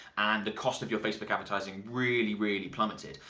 and the cost of your facebook advertising really, really, plummeted.